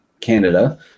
Canada